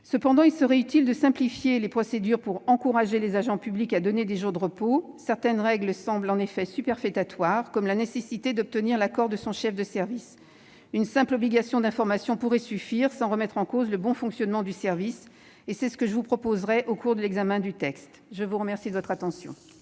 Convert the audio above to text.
Néanmoins, il serait utile de simplifier les procédures, afin d'encourager les agents publics à donner des jours de repos. Certaines règles semblent, en effet, superfétatoires, comme la nécessité d'obtenir l'accord de son chef de service. Une simple obligation d'information pourrait suffire, sans que cela remette en cause le bon fonctionnement du service. C'est ce que je vous proposerai au cours de l'examen du texte. La parole est à M.